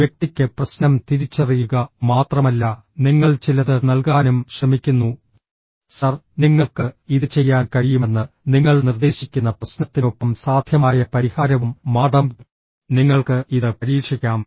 വ്യക്തിക്ക് പ്രശ്നം തിരിച്ചറിയുക മാത്രമല്ല നിങ്ങൾ ചിലത് നൽകാനും ശ്രമിക്കുന്നു സർ നിങ്ങൾക്ക് ഇത് ചെയ്യാൻ കഴിയുമെന്ന് നിങ്ങൾ നിർദ്ദേശിക്കുന്ന പ്രശ്നത്തിനൊപ്പം സാധ്യമായ പരിഹാരവും മാഡം നിങ്ങൾക്ക് ഇത് പരീക്ഷിക്കാം